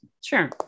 sure